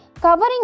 covering